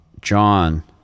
john